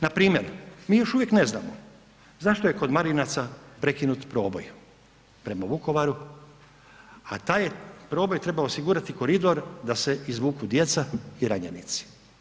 Npr. mi još uvijek ne znamo zašto je kod Marinaca prekinut proboj prema Vukovaru, a taj je proboj trebao osigurati koridor da se izvuku djeca i ranjenici.